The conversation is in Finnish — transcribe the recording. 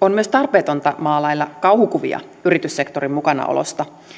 on myös tarpeetonta maalailla kauhukuvia yrityssektorin mukanaolosta